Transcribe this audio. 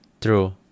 True